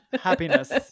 happiness